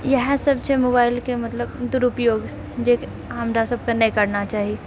इएह सब छै मोबाइल के मतलब दुरुपयोग जे कि हमरा सबके नै करना चाही